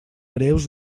greus